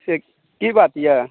से की बात यऽ